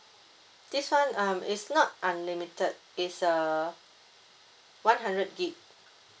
this [one] um it's not unlimited it's uh one hundred gig